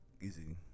Easy